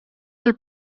tal